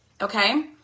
Okay